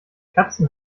katzen